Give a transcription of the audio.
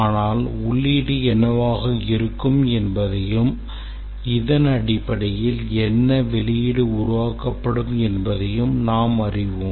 ஆனால் உள்ளீடு என்னவாக இருக்கும் என்பதையும் இதன் அடிப்படையில் என்ன வெளியீடு உருவாக்கப்படும் என்பதையும் நாம் அறிவோம்